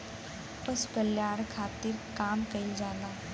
पशु कल्याण खातिर काम कइल जाला